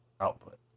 output